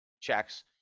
checks